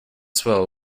swell